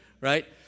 right